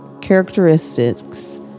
characteristics